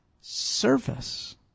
service